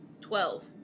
Twelve